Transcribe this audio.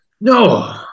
No